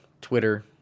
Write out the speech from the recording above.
Twitter